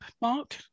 Mark